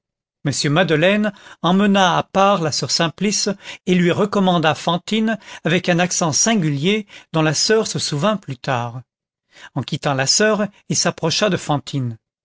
m madeleine emmena à part la soeur simplice et lui recommanda fantine avec un accent singulier dont la soeur se souvint plus tard en quittant la soeur il s'approcha de fantine